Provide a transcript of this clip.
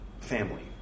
family